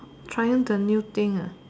trying the new thing ah